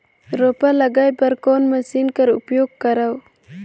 रोपा लगाय बर कोन मशीन कर उपयोग करव?